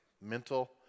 Mental